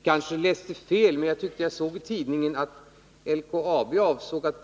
Herr talman! Jag kanske läste fel, men jag tyckte att jag såg i tidningen att LKAB avsåg att